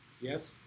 Yes